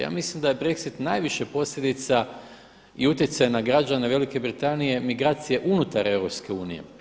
Ja mislim da je Brexit najviše posljedica i utjecaja na građane Velike Britanije, migracije unutar EU.